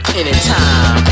anytime